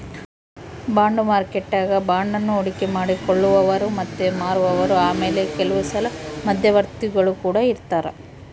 bond ಮಾರುಕಟ್ಟೆಗ ಬಾಂಡನ್ನ ಹೂಡಿಕೆ ಮಾಡಿ ಕೊಳ್ಳುವವರು ಮತ್ತೆ ಮಾರುವವರು ಆಮೇಲೆ ಕೆಲವುಸಲ ಮಧ್ಯವರ್ತಿಗುಳು ಕೊಡ ಇರರ್ತರಾ